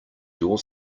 your